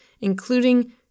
including